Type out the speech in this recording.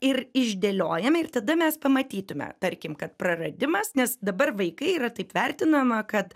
ir išdėliojame ir tada mes pamatytume tarkim kad praradimas nes dabar vaikai yra taip vertinama kad